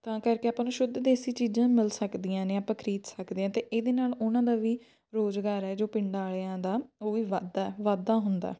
ਤਾਂ ਕਰਕੇ ਆਪਾਂ ਨੂੰ ਸ਼ੁੱਧ ਦੇਸੀ ਚੀਜ਼ਾਂ ਮਿਲ ਸਕਦੀਆਂ ਨੇ ਆਪਾਂ ਖਰੀਦ ਸਕਦੇ ਹਾਂ ਅਤੇ ਇਹਦੇ ਨਾਲ ਉਹਨਾਂ ਦਾ ਵੀ ਰੁਜ਼ਗਾਰ ਹੈ ਜੋ ਪਿੰਡਾਂ ਵਾਲਿਆਂ ਦਾ ਉਹ ਵੀ ਵੱਧਦਾ ਵਾਧਾ ਹੁੰਦਾ